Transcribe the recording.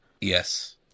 Yes